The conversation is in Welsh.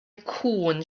cŵn